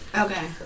Okay